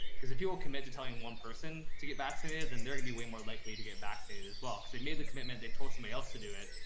because if you will committed to telling one person to get vaccinated, then they're gonna be way more likely to get vaccinated as well. cause they made the commitment. they've told somebody else to do it.